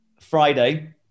Friday